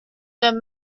der